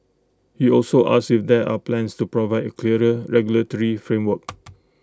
he also asked if there are plans to provide A clearer regulatory framework